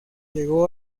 llegó